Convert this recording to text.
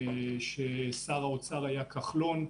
כששר האוצר היה כחלון,